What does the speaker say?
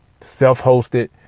self-hosted